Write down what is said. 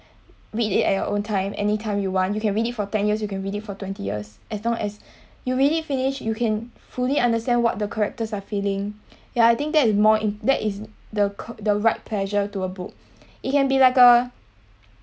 read it at your own time anytime you want you can read it for ten years you can read it for twenty years as long as you really finish you can fully understand what the characters are feeling ya I think that's more in that is the the right pleasure to a book it can be like a